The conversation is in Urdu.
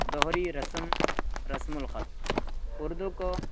دوہری رسم رسم الخط اردو کو